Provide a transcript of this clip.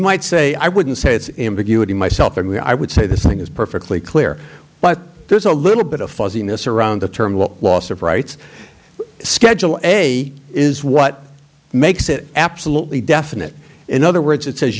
might say i wouldn't say it's ambiguity myself and i would say this thing is perfectly clear but there's a little bit of fuzziness around the term loss of rights schedule a is what makes it absolutely definite in other words it says